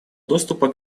доступа